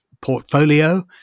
portfolio